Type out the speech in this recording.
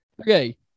Okay